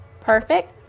Perfect